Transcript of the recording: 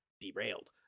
derailed